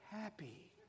happy